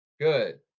Good